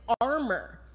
armor